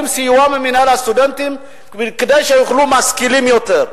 סיוע ממינהל הסטודנטים כדי שיהיו משכילים יותר.